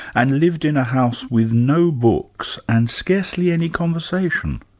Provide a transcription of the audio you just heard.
and lived in a house with no books, and scarcely any conversation.